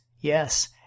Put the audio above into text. yes